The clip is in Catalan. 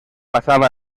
passava